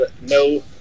no